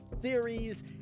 series